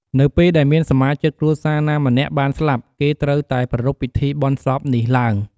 នៅពេលដែលមានសមាជិកគ្រួសារណាម្នាក់បានស្លាប់ គេត្រូវតែប្រារព្ធពិធីបុណ្យសពនេះឡើង។